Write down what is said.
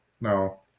No